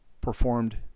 performed